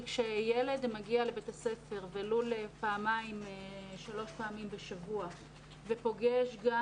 כשילד מגיע לבית הספר ולו לפעמיים-שלוש פעמים בשבוע ופוגש גם